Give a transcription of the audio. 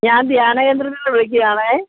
ഞാന് ധ്യാനകേന്ദ്രത്തിൽ നിന്ന് വിളിക്കുകയാണേ